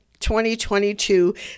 2022